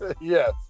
yes